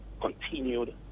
continued